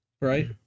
right